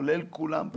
כולל כולם,